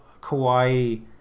kawaii